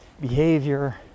behavior